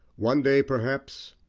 one day, perhaps,